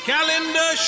Calendar